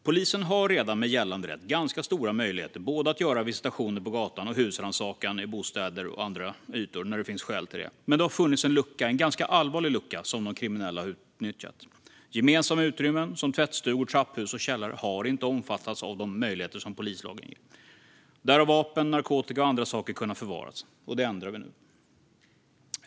Polisen har redan med gällande rätt ganska stora möjligheter att göra både visitationer på gatan och husrannsakan i bostäder och på andra ytor när det finns skäl till det. Det har dock funnits en lucka, en ganska allvarlig lucka, som de kriminella har utnyttjat: Gemensamma utrymmen, som tvättstugor, trapphus och källare, har inte omfattats av de möjligheter polislagen ger. Där har vapen, narkotika och andra saker kunnat förvaras. Det ändrar vi nu.